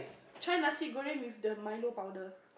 try nasi-goreng with the Milo powder